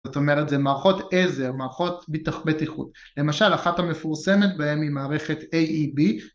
זאת אומרת זה מערכות עזר, מערכות בטיחות למשל אחת המפורסמת בהן היא מערכת AEB